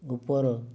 ଉପର